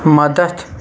مَدتھ